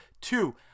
Two